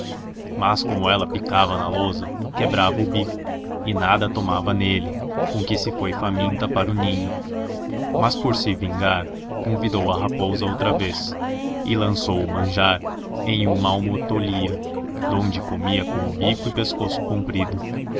mas como dia picava lia ibuza quebrava o bico e nada tomava nelle com que se foi faminta para o ninho mas por se vingar convidou a rapoza outravzi e lançou manjar em o mal mo tolhia donde comia com o bico e pescoço comprido